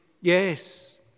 Yes